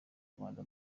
rwanda